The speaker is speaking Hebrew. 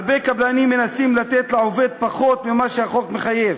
הרבה קבלנים מנסים לתת לעובד פחות ממה שהחוק מחייב,